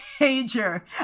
major